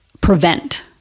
prevent